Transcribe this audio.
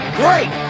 great